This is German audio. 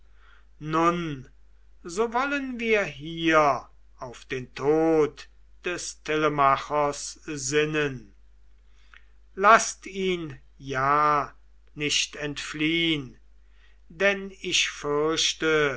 nun so wollen wir hier auf den tod des telemachos sinnen laßt ihn ja nicht entfliehn denn ich fürchte